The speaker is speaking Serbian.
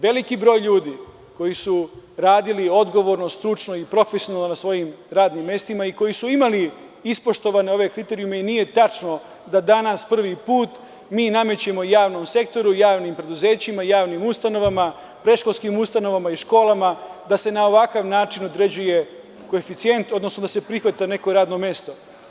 Veliki broj ljudi koji su radili odgovorno, stručno i profesionalno na svojim radnim mestima i koji su imali ispoštovane ove kriterijume i nije tačno da danas prvi put mi namećemo javnom sektoru, javnim preduzećima, javnim ustanovama, predškolskim ustanovama i školama da se na ovakav način određuje koeficijent, odnosno da se prihvata neko radno mesto.